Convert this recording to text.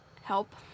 Help